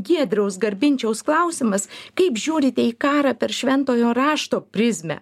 giedriaus garbinčiaus klausimas kaip žiūrite į karą per šventojo rašto prizmę